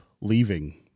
leaving